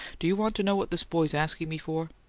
do you want to know what this boy's asking me for?